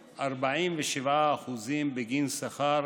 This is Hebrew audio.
0.47% בגין שכר